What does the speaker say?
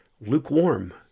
Lukewarm